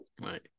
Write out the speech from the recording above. right